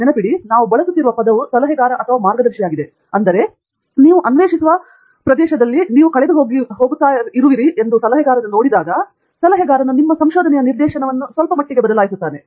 ನೆನಪಿಡಿ ನಾವು ಬಳಸುತ್ತಿರುವ ಪದವು ಸಲಹೆಗಾರ ಅಥವಾ ಮಾರ್ಗದರ್ಶಿಯಾಗಿದೆ ಅಂದರೆ ನೀವು ಅನ್ವೇಷಿಸುವ ಮತ್ತು ನೀವು ಕಳೆದುಹೋಗುತ್ತೀರಿ ಅಥವಾ ನೀವು ಕಳೆದುಹೋಗುವಿರಿ ಎಂದು ಸಲಹೆಗಾರನು ನೋಡಿದಾಗ ಸಲಹೆಗಾರನು ನಿಮ್ಮ ಸಂಶೋಧನೆಯ ನಿರ್ದೇಶನವನ್ನು ಸ್ವಲ್ಪಮಟ್ಟಿಗೆ ಬದಲಾಯಿಸುತ್ತಾನೆ